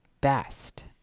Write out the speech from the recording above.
best